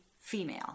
female